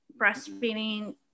breastfeeding